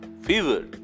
fever